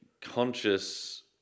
conscious